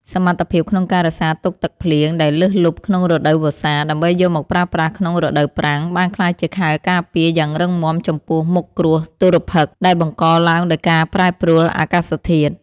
សមត្ថភាពក្នុងការរក្សាទុកទឹកភ្លៀងដែលលើសលប់ក្នុងរដូវវស្សា ដើម្បីយកមកប្រើប្រាស់ក្នុងរដូវប្រាំង បានក្លាយជាខែលការពារយ៉ាងរឹងមាំចំពោះមុខគ្រោះទុរភិក្សដែលបង្កឡើងដោយការប្រែប្រួលអាកាសធាតុ។